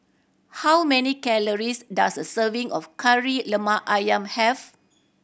how many calories does a serving of Kari Lemak Ayam have